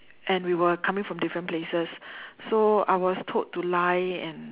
and we were coming from different places so I was told to lie and